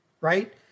right